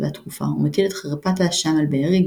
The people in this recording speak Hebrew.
והתקופה ומטיל את חרפת האשם על בארי,